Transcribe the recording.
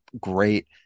great